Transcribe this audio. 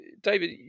David